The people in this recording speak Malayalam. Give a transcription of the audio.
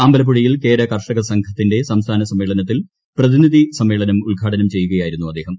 അമ്പലപ്പുഴയിൽ കേര കർഷക സംഘത്തിന്റെ സംസ്ഥാന സമ്മേളനത്തിൽ പ്രതിനിധി സമ്മേളനം ഉദ്ഘാടനം ചെയ്യുകയായിരുന്നു അദ്ദേഹം